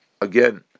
again